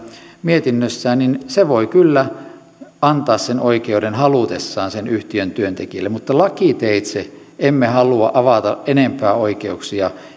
mietinnössään niin se voi kyllä antaa sen oikeuden halutessaan yhtiön työntekijälle mutta lakiteitse emme halua avata enempää oikeuksia